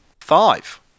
Five